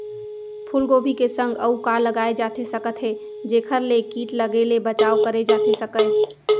फूलगोभी के संग अऊ का लगाए जाथे सकत हे जेखर ले किट लगे ले बचाव करे जाथे सकय?